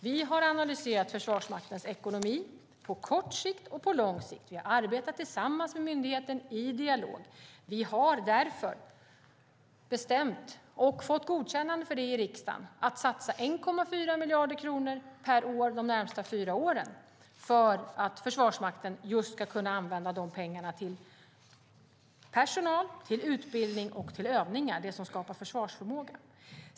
Vi har analyserat Försvarsmaktens ekonomi på kort sikt och på lång sikt. Vi har arbetat tillsammans med myndigheten i dialog. Vi har därför bestämt och fått godkännande för det i riksdagen att satsa 1,4 miljarder kronor per år de närmaste fyra åren för att Försvarsmakten ska kunna använda de pengarna till personal, utbildning och övningar som skapar försvarsförmåga.